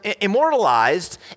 immortalized